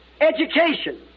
education